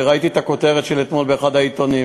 וראיתי את הכותרת של אתמול באחד העיתונים,